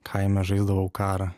kaime žaisdavau karą